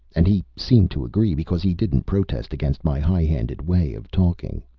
and he seemed to agree, because he didn't protest against my high-handed way of talking.